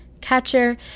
catcher